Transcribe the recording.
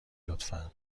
لطفا